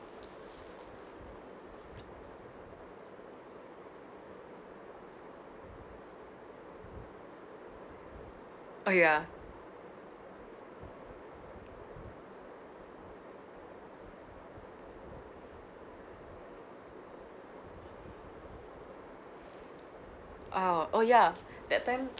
oh ya ah oh ya that time